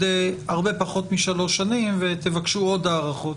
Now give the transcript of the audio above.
הרבה פחות משלוש שנים ותבקשו עוד הארכות.